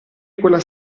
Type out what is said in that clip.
quella